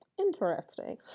interesting